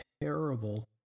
terrible